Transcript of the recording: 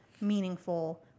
meaningful